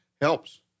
helps